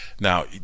now